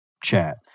chat